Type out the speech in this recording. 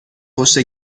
پشت